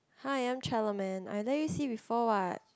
hi I'm Chella-Man I let you see before what